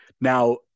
Now